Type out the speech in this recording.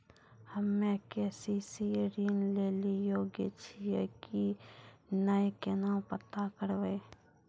हम्मे के.सी.सी ऋण लेली योग्य छियै की नैय केना पता करबै?